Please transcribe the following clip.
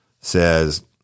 says